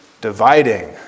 dividing